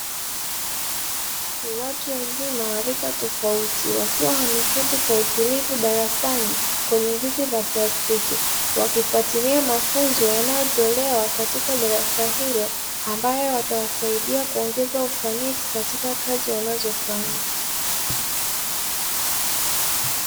Watu wazima wa rika tofauti, wakiwa wameketi kwa utulivu darasani kwenye viti vya plastiki, wakifatilia mafunzo yanayotolewa katika darasa hilo, ambayo yatawasaidia kuongeza ufanisi katika kazi wanazofanya.